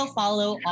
follow